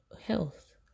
health